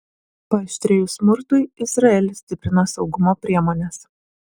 paaštrėjus smurtui izraelis stiprina saugumo priemones